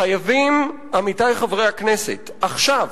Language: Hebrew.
חייבים, עמיתי חברי הכנסת, עכשיו